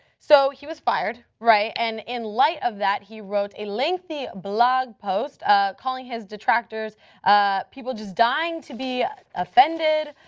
so, he was fired, right? and in light of that, he wrote a lengthy blog post, ah calling his detractors ah people just dying to be offended.